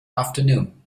afternoon